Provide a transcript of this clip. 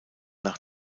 nach